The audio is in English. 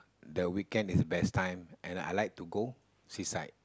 the weekend is best time and I like to go seaside